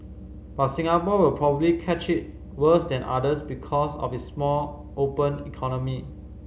but Singapore will probably catch it worse than others because of its small open economy